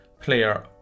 player